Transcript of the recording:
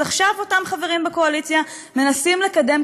אז עכשיו אותם חברים בקואליציה מנסים לקדם,